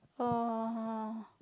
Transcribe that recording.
oh oh oh